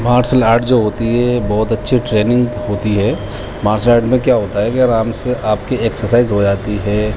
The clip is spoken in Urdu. مارشل آرٹ جو ہوتی ہے بہت اچھی ٹریننگ ہوتی ہے مارشل آرٹ میں کیا ہوتا ہے کہ آرام سے آپ کی ایکسرسائز ہو جاتی ہے